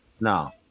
no